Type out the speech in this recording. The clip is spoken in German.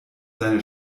seine